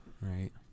Right